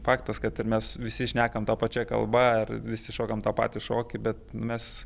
faktas kad ir mes visi šnekam ta pačia kalba ir visi šokam tą patį šokį bet mes